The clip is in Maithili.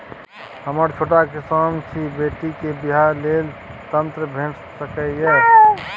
हम छोट किसान छी, बेटी के बियाह लेल ऋण भेट सकै ये?